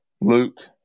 Luke